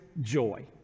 joy